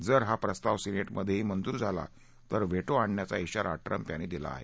जर हा प्रस्ताव सिनेटमधेही मंजूर झाला तर व्हेटो आणण्याचा ब्राारा ट्रम्प यांनी दिला आहे